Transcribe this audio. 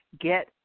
get